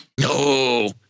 no